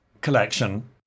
collection